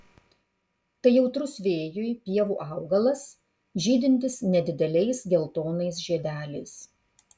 tai jautrus vėjui pievų augalas žydintis nedideliais geltonais žiedeliais